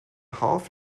half